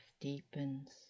deepens